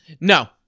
No